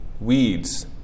Weeds